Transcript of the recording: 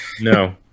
no